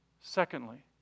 Secondly